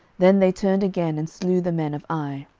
then they turned again, and slew the men of ai.